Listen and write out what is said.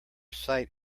sight